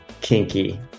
kinky